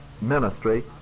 ministry